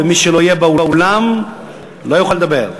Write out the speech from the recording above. ומי שלא יהיה באולם לא יוכל לדבר.